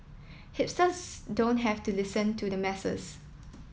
hipsters don't have to listen to the masses